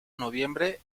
noviembre